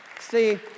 see